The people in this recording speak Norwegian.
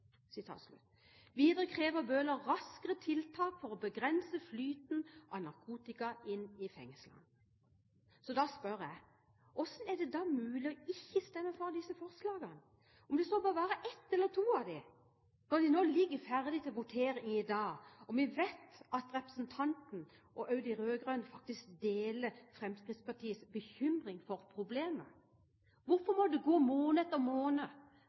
Videre krever Bøhler raskere tiltak for å begrense flyten av narkotika inn i fengselet. Så da spør jeg: Hvordan er det da mulig ikke å stemme for disse forslagene, om det så var bare ett eller to av dem, når de nå ligger ferdig til votering i dag, og vi vet at representanten og også de rød-grønne faktisk deler Fremskrittspartiets bekymring for problemet? Hvorfor må det gå måned etter måned